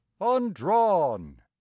undrawn